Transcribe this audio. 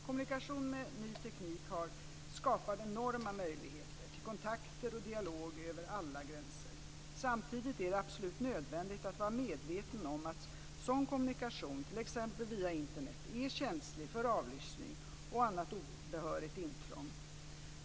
Kommunikation med ny teknik skapar enorma möjligheter till kontakter och dialog över alla gränser. Samtidigt är det absolut nödvändigt att vara medveten om att sådan kommunikation, t.ex. via Internet, är känslig för avlyssning och annat obehörigt intrång.